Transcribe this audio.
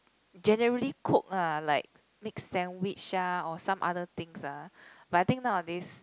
generally cook lah like make sandwich ah or something other things ah but I think nowadays